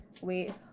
wait